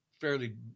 fairly